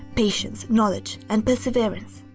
patience, knowledge and perseverence.